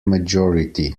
majority